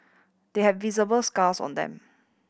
they have visible scars on them